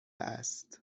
است